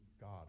God